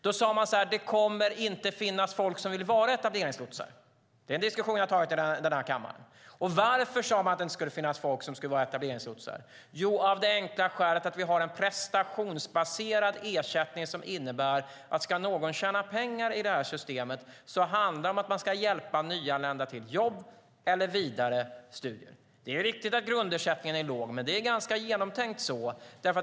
De sade då: Det kommer inte att finnas folk som vill vara etableringslotsar. Det är en diskussion jag har tagit i den här kammaren. Varför sade man att det inte skulle finnas folk som vill vara etableringslotsar? Jo, av det enkla skälet att vi har en prestationsbaserad ersättning som innebär att om någon ska tjäna pengar i systemet handlar det om att man ska hjälpa nyanlända till jobb eller till vidare studier. Det är riktigt att grundersättningen är låg, men det är genomtänkt.